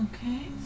Okay